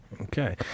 Okay